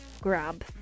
Grab